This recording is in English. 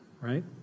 right